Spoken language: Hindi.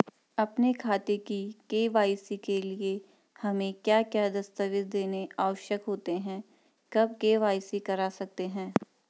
अपने खाते की के.वाई.सी के लिए हमें क्या क्या दस्तावेज़ देने आवश्यक होते हैं कब के.वाई.सी करा सकते हैं?